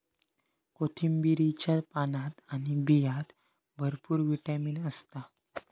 कोथिंबीरीच्या पानात आणि बियांत भरपूर विटामीन असता